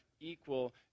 equal